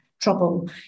trouble